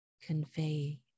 convey